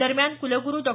दरम्यान कुलगुरु डॉ